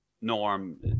norm